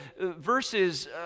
verses